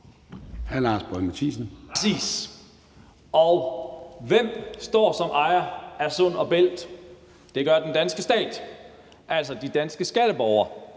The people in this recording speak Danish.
(UFG): Præcis, og hvem står som ejer af Sund & Bælt? Det gør den danske stat, altså de danske skatteborgere.